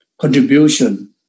contribution